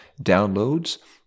downloads